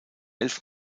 elf